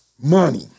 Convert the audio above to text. Money